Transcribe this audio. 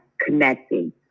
connecting